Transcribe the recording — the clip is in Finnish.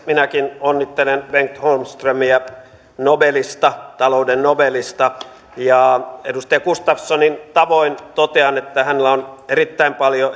minäkin onnittelen bengt holmströmiä talouden nobelista ja edustaja gustafssonin tavoin totean että hänellä on erittäin paljon